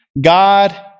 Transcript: God